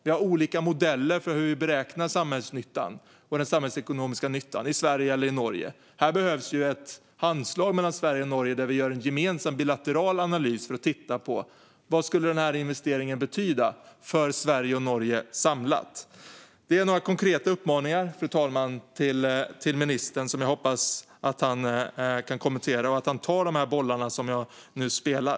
Vi har olika modeller för hur vi beräknar samhällsnyttan och den samhällsekonomiska nyttan i Sverige eller i Norge. Här behövs ett handslag mellan Sverige och Norge där vi gör en gemensam bilateral analys för att titta på vad denna investering skulle betyda för Sverige och Norge samlat. Fru talman! Detta är några konkreta uppmaningar till ministern som jag hoppas att han kan kommentera och att han tar dessa bollar som jag nu spelar.